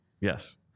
Yes